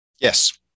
Yes